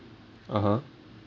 (uh huh)